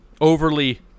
overly